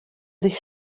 sich